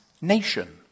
nation